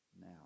now